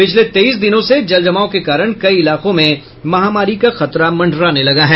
पिछले तेईस दिनों से जलजमाव के कारण कई इलाकों में महामारी का खतरा मंडराने लगा है